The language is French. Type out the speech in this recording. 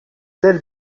telle